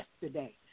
yesterday